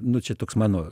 nu čia toks mano